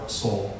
soul